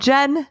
Jen